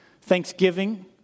Thanksgiving